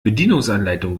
bedienungsanleitung